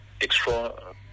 extra